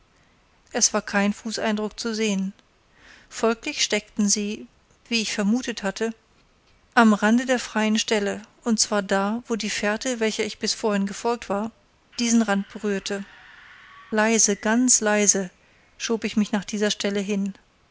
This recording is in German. es war kein fußeindruck zu sehen folglich steckten sie wie ich vermutet hatte am rande der freien stelle und zwar da wo die fährte welcher ich bis vorhin gefolgt war diesen rand berührte leise ganz ganz leise schob ich mich nach dieser stelle hin